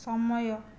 ସମୟ